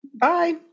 Bye